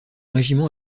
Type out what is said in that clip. régiment